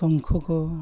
ᱥᱚᱝᱠᱷᱚ ᱠᱚ